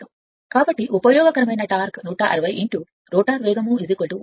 కాబట్టి ఉపయోగకరమైన torque 160 rotor వేగం 100